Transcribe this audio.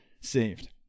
saved